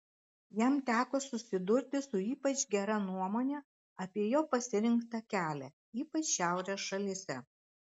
jam teko susidurti su ypač gera nuomone apie jo pasirinktą kelią ypač šiaurės šalyse